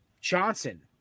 Johnson